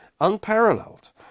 unparalleled